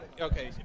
Okay